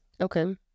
Okay